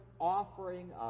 offering